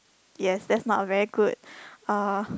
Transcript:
yes that's not very good uh